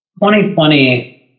2020